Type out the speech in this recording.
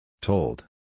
Told